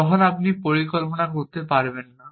তখন আপনি আর পরিকল্পনা করতে পারবেন না